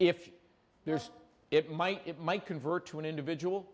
if there's it might it might convert to an individual